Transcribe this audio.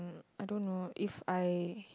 I don't know if I